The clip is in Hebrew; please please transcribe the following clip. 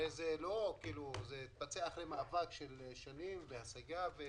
הרי זה התבצע אחרי מאבק של שנים והשגה ו